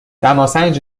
دماسنج